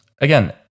Again